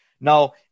Now